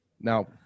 Now